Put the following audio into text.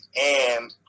and,